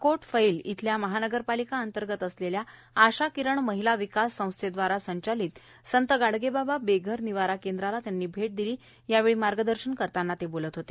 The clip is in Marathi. अकोट फैल येथील महानगरपालिका अंतर्गत असलेल्या आशा किरण महिला विकास संस्थाव्दारा संचालीत संत गाडगेबाबा बेघर निवारा केंद्राला भेट दिली त्यावेळी मार्गदर्शन करतांना ते बोलत होते